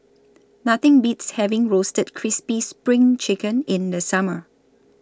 Nothing Beats having Roasted Crispy SPRING Chicken in The Summer